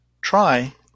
Try